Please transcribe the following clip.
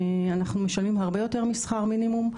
אנחנו משלמים הרבה יותר משכר המינימום.